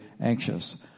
anxious